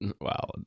Wow